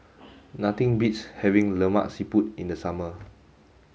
nothing beats having Lemak Siput in the summer